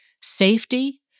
safety